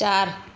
चारि